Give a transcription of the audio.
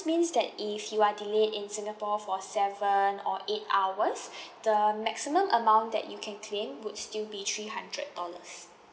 means that if you are delayed in singapore for seven or eight hours the maximum amount that you can claim would still be three hundred dollars